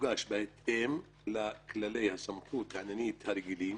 יוגש בהתאם לכללי הסמכות העניינית הרגילים.